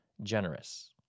generous